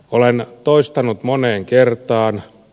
olen toistanut moneen kertaan